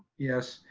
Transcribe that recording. yes.